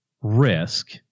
risk